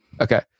Okay